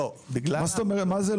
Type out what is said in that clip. מה זאת אומרת?